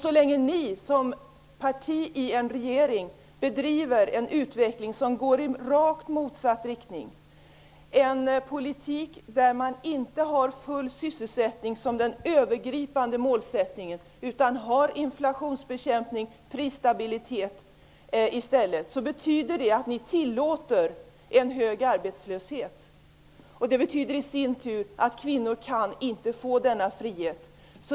Folkpartiet som regeringsparti skapar en utveckling som går i rakt motsatt riktning genom att föra en politik där man inte har full sysselsättning utan inflationsbekämpning och prisstabilitet som den övergripande målsättningen. Ni tillåter en hög arbetslöshet. Det betyder i sin tur att kvinnor inte kan få denna frihet.